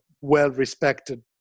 well-respected